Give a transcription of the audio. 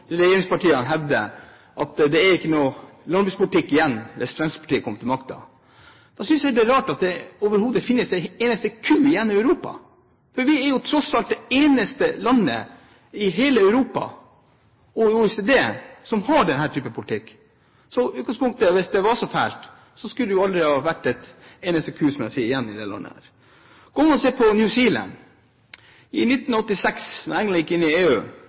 regjeringspartiene hevder, nemlig at det ble ikke noe landbrukspolitikk igjen hvis Fremskrittspartiet kom til makten, synes jeg det er rart at det overhodet finnes en eneste ku igjen i Europa. For vi er jo tross alt det eneste landet i hele Europa – og i OECD – som har denne type politikk. Så i utgangspunktet – hvis det var så fælt – skulle det aldri ha vært en eneste ku, som jeg sier, igjen i disse landene. Man kan se på New Zealand. I 1986